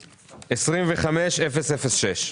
רוב נגד, אין נמנעים, 1 פנייה מס' 20-017 אושרה.